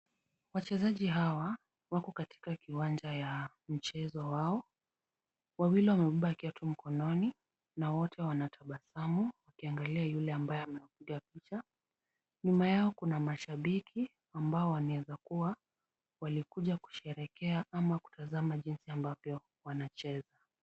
Wachezaji hawa wako katika viwanja ya mchezo wao. Wawili wamebeba kiatu mkononi na wote wanatabasamu wakiangalia yule ambaye anawapiga picha. Nyuma yao kuna mashabiki ambao wanaweza kuwa walikuja kusheherekea ama kutazama jinsi ambavyo wanacheza.